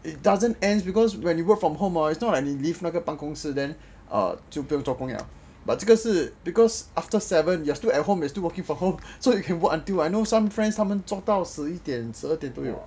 it doesn't end because when you work from home is not like 你 leave 那个办公室 then err 就不用做工 liao but 这个是 after seven you still at home you still working from home so you can work until I know some friends 他们做到十一点十二点都有